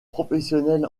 professionnels